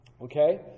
Okay